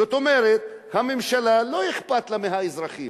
זאת אומרת, הממשלה לא אכפת לה מהאזרחים,